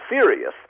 serious